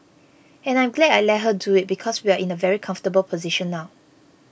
and I'm glad I let her do it because we're in a very comfortable position now